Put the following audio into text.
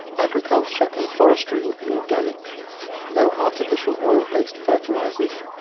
agriculture and forestry would be organic no artificial oil-based fertilisers,